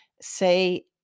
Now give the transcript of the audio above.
say